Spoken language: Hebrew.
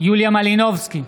יוליה מלינובסקי,